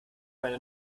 meine